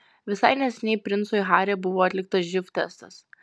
visai neseniai princui harry buvo atliktas živ testas